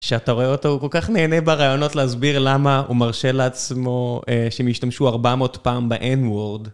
שאתה רואה אותו, הוא כל כך נהנה בראיונות להסביר למה הוא מרשה לעצמו שהם השתמשו ארבע מאות פעם ב-N word